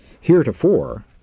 Heretofore